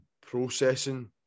processing